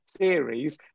series